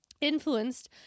influenced